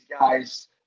guys –